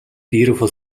beautiful